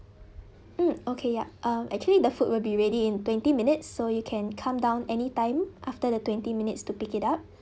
mm okay yup um actually the food will be ready in twenty minutes so you can come down anytime after the twenty minutes to pick it up